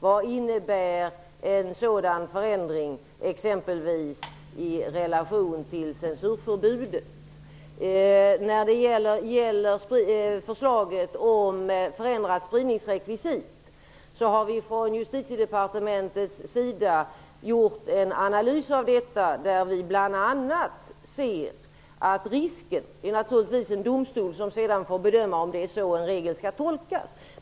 Vad innebär en sådan förändring exempelvis i relation till censurförbudet? Vi på Justitiedepartementet har gjort en analys av förslaget om förändrat spridningsrekvisit. Domstolen får naturligtvis bedöma hur en regel skall tolkas.